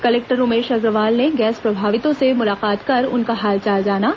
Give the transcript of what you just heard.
collector Umesh Agrawal ने gas प्रभावितों से मुलाकात कर उनका हालचाल जाना